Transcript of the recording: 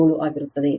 7 ಆಗಿರುತ್ತದೆ